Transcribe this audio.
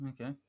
Okay